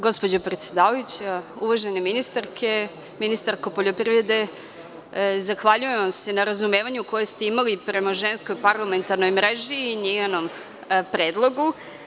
Gospođo predsednice, uvažena ministarko poljoprivrede, zahvaljujem se na razumevanju koje ste imali prema Ženskoj parlamentarnoj mreži i njenom predlogu.